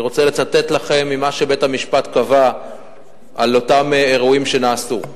אני רוצה לצטט לכם ממה שבית-המשפט קבע לגבי אותם אירועים שנעשו: